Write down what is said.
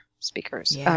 speakers